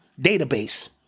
database